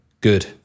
Good